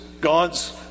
God's